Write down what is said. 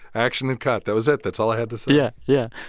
action and cut. that was it. that's all i had to say yeah. yeah.